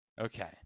Okay